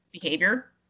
behavior